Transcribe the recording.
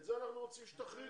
את זה אנחנו רוצים שתחריגו.